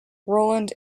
roland